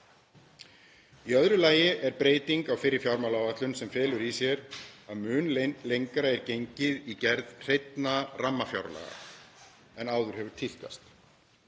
Í öðru lagi er breyting frá fyrri fjármálaáætlunum sem felur í sér að mun lengra er gengið í gerð hreinna rammafjárlaga en áður hefur tíðkast.